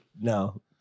No